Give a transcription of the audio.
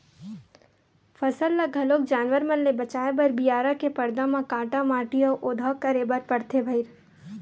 फसल ल घलोक जानवर मन ले बचाए बर बियारा के परदा म काटा माटी अउ ओधा करे बर परथे भइर